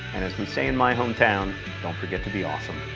and as we say in my hometown don't forget to be awesome.